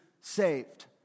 saved